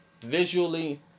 Visually